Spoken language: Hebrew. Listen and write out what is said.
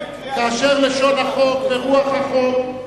כאשר לשון החוק ורוח החוק,